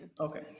Okay